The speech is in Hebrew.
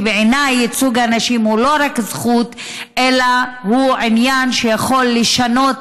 כי בעיניי ייצוג הנשים הוא לא רק זכות אלא הוא עניין שיכול לשנות